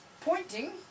pointing